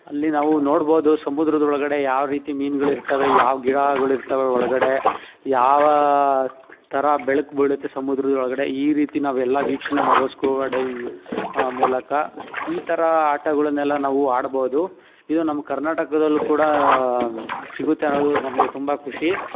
ಅಲ್ಲಿ ನಾವು ನೋಡ್ಬೋದು ಸಮುದ್ರದ ಒಳಗಡೆ ಯಾವ ರೀತಿ ಮೀನ್ಗಳು ಇರ್ತವೆ ಯಾವ ಗಿಡಗಳು ಇರ್ತವೆ ಒಳಗಡೆ ಯಾವ ಥರ ಬೆಳ್ಕು ಬೀಳುತ್ತೆ ಸಮುದ್ರದ ಒಳಗಡೆ ಈ ರೀತಿ ನಾವೆಲ್ಲ ವೀಕ್ಷಣೆ ಮಾಡ್ಬೋದು ಸ್ಕೂಬಾ ಡೈವಿಂಗ್ ಮೂಲಕ ಈ ಥರ ಆಟಗಳನ್ನೆಲ್ಲ ನಾವು ಆಡ್ಬೋದು ಇದು ನಮ್ಮ ಕರ್ನಾಟಕದಲ್ಲೂ ಕೂಡ ಸಿಗುತ್ತೆ ಅನ್ನೋದು ನಮಗೆ ತುಂಬ ಖುಷಿ